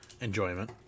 enjoyment